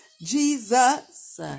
Jesus